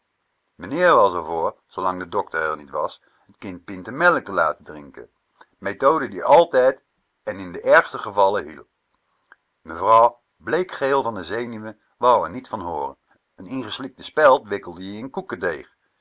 meneer was r voor zoolang de dokter r niet was t kind pinten melk te laten drinken methode die altijd en in de ergste gevallen hielp mevrouw bleek geel van zenuwen wou r niet van hooren n ingeslikte speld wikkelde je in koekedeeg